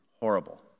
horrible